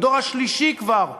הדור השלישי כבר,